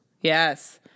yes